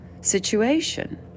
situation